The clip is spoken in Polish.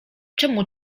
czemu